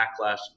backlash